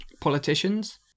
Politicians